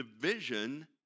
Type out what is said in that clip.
division